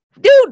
dude